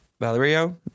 Valerio –